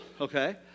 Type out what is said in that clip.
okay